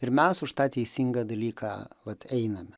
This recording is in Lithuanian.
ir mes už tą teisingą dalyką vat einame